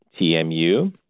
TMU